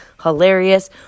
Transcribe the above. hilarious